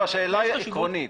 השאלה היא עקרונית.